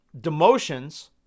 demotions